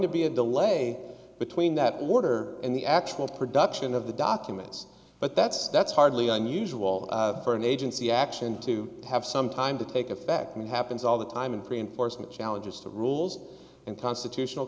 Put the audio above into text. to be a delay between that order and the actual production of the documents but that's that's hardly unusual for an agency action to have some time to take effect me happens all the time and pre enforcement challenge is to rules and constitutional